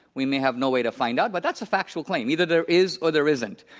we may have no way to find out, but that's a factual claim, either there is or there isn't.